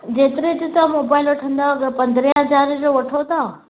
जेतिरे जो तव्हां मोबाइल वठंदव अगरि पंद्रहें हज़ार जो वठो था